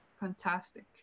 Fantastic